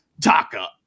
Taka